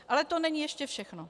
Ale to není ještě všechno.